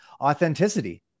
authenticity